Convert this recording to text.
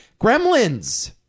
Gremlins